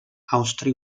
àustria